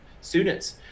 students